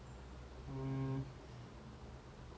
you are dining at a new restaurant called karma